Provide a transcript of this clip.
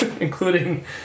including